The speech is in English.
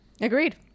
Agreed